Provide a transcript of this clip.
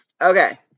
Okay